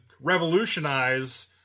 revolutionize